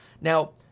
Now